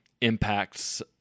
impacts